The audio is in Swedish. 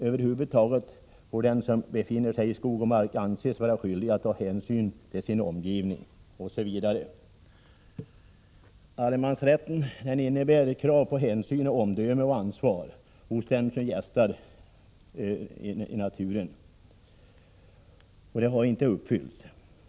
Över huvud taget får den som befinner sig i skog och mark anses vara skyldig att ta hänsyn till sin omgivning.” Allemansrätten innebär krav på hänsyn, omdöme och ansvar hos den som gästar naturen. De kraven har inte uppfyllts.